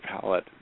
palette